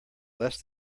less